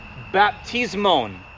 baptismon